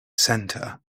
center